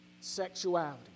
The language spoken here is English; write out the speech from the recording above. sexuality